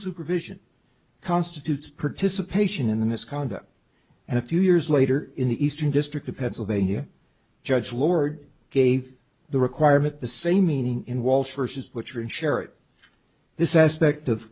supervision constitutes participation in the misconduct and a few years later in the eastern district of pennsylvania judge lord gave the requirement the same meaning in walsh verses which are in sharing this aspect of